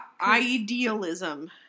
idealism